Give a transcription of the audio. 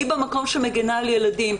אני במקום הגנה על ילדים.